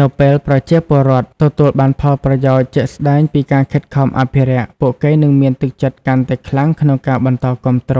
នៅពេលប្រជាពលរដ្ឋទទួលបានផលប្រយោជន៍ជាក់ស្ដែងពីការខិតខំអភិរក្ស ពួកគេនឹងមានទឹកចិត្តកាន់តែខ្លាំងក្នុងការបន្តគាំទ្រ